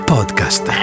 Podcast